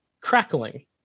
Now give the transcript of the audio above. crackling